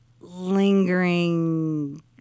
lingering